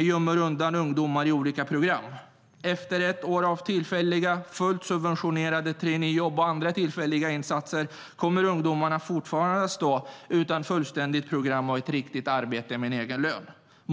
gömmer undan ungdomar i olika program. Efter ett år av tillfälliga, fullt subventionerade traineejobb och andra tillfälliga insatser kommer ungdomarna fortfarande att stå utan en fullständig utbildning och ett riktigt arbete med egen lön.